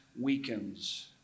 weakens